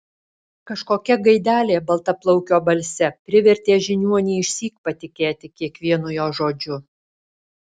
kažkokia gaidelė baltaplaukio balse privertė žiniuonį išsyk patikėti kiekvienu jo žodžiu